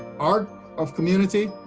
art of community,